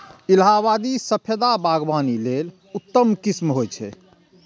इलाहाबादी सफेदा बागवानी लेल उत्तम किस्म होइ छै